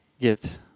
get